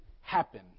happen